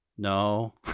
No